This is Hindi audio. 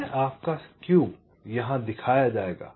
यह आपका स्केव यहाँ दिखाया जाएगा